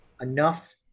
enough